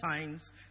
times